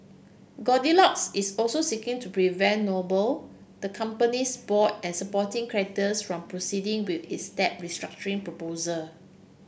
Goldilocks is also seeking to prevent noble the company's board and supporting creditors from proceeding with its debt restructuring proposal